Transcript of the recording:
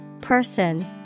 Person